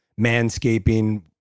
manscaping